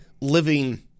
living